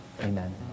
Amen